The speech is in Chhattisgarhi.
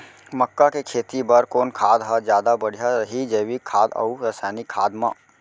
मक्का के खेती बर कोन खाद ह जादा बढ़िया रही, जैविक खाद अऊ रसायनिक खाद मा?